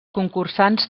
concursants